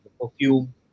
perfume